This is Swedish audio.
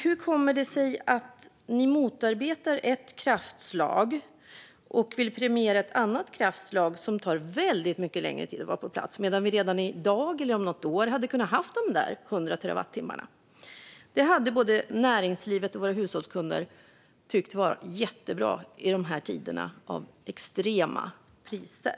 Hur kommer det sig att ni motarbetar ett kraftslag och vill premiera ett annat som tar väldigt mycket längre tid att få på plats, när vi redan i dag eller om något år hade kunnat ha de där 100 terawattimmarna? Det hade både näringslivet och våra hushållskunder tyckt varit jättebra i dessa tider med extrema priser.